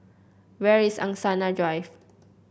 where is Angsana Drive